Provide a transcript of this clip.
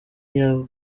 iya